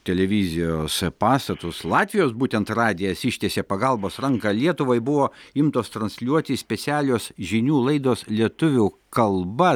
televizijos pastatus latvijos būtent radijas ištiesė pagalbos ranką lietuvai buvo imtos transliuoti specialios žinių laidos lietuvių kalba